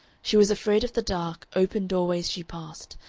she was afraid of the dark, open doorways she passed,